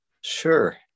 Sure